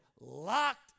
locked